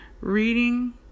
reading